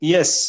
Yes